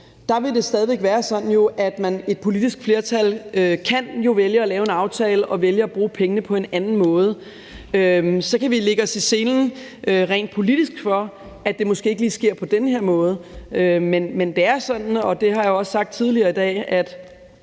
vil det jo stadig væk være sådan, at et politisk flertal kan vælge at lave en aftale og vælge at bruge pengene på en anden måde. Så kan vi lægge os i selen rent politisk for, at det måske ikke lige sker på denne her måde. Men det er sådan, og det har jeg også sagt tidligere i dag, at